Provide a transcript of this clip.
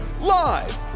live